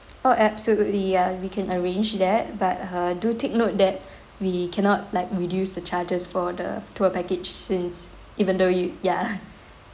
oh absolutely ya we can arrange that but ah do take note that we cannot like reduce the charges for the tour package since even though you ya